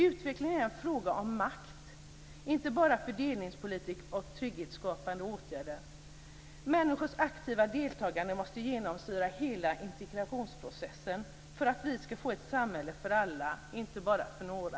Utveckling är en fråga om makt, inte bara om fördelningspolitik och om trygghetsskapande åtgärder. Människors aktiva deltagande måste genomsyra hela integrationsprocessen för att vi ska få ett samhälle för alla, inte bara för några.